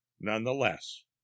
nonetheless